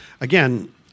Again